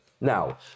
Now